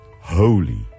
holy